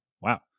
Wow